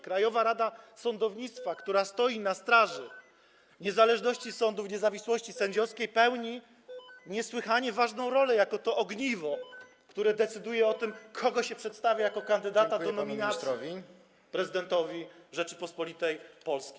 Krajowa Rada Sądownictwa, która stoi na straży niezależności sądów i niezawiłości sędziowskiej, odgrywa niesłychanie ważną rolę jako to ogniwo, które decyduje o tym, kogo się przedstawia jako kandydata do nominacji prezydentowi Rzeczypospolitej Polskiej.